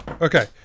Okay